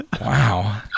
Wow